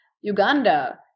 Uganda